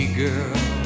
girl